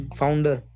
founder